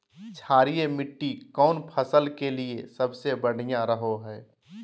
क्षारीय मिट्टी कौन फसल के लिए सबसे बढ़िया रहो हय?